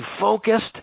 focused